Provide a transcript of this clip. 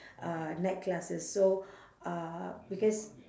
uh night classes so uh because